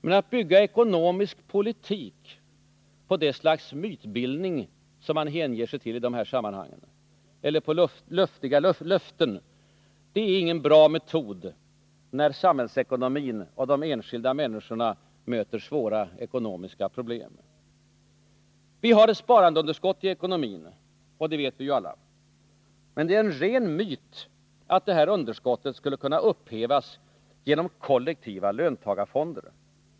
Men att bygga ekonomisk reformpolitik på det slags mytbildning som man hänger sig åt i det här sammanhanget eller på luftiga löften, det är ingen bra metod när samhällsekonomin och de enskilda människorna möter svåra ekonomiska problem. Vi har ett sparandeunderskott i ekonomin. Det vet vi alla. Men det är en ren myt att underskottet skulle kunna upphävas genom kollektiva löntagarfonder.